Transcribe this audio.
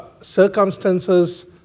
circumstances